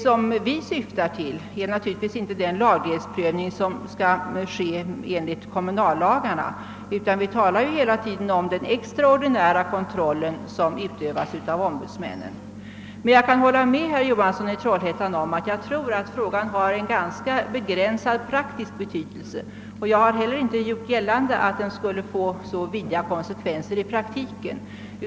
Vad vi syftar på är inte den laglighetsprövning som skall ske enligt kommunallagarna. Vi talar hela tiden om den extraordinära kontroll som utövas av ombudsmännen. Men jag kan ge herr Johansson i Trollhättan rätt i att saken har ganska begränsad praktisk betydelse. Jag har heller inte gjort gällande att den skulle få särskilt stora konsekvenser i praktiken.